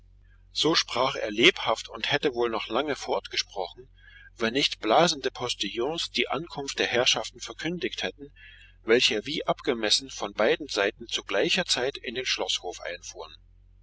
so sprach er lebhaft und hätte wohl noch lange fortgesprochen wenn nicht blasende postillons die ankunft der herrschaften verkündigt hätten welche wie abgemessen von beiden seiten zu gleicher zeit in den schloßhof hereinfuhren